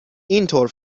اینطور